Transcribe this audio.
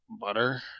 butter